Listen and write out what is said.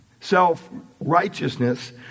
self-righteousness